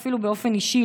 אפילו באופן אישי,